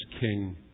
King